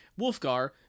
Wolfgar